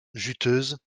juteuse